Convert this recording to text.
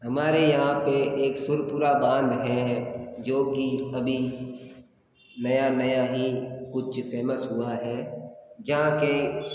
हमारे यहाँ पर एक सुरपुरा बांध है जो कि अभी नया नया ही कुछ फेमस हुआ है जहाँ के